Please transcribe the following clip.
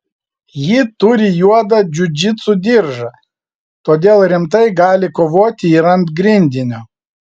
ji turi juodą džiudžitsu diržą todėl rimtai gali kovoti ir ant grindinio